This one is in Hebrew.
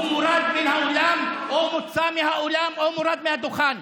הוא מורד מן האולם או מוצא מהאולם או מורד מהדוכן.